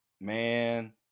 man